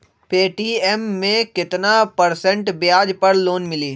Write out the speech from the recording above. Paytm मे केतना percent ब्याज पर लोन मिली?